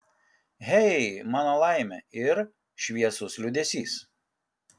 hey mano laime ir šviesus liūdesys